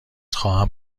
خواهم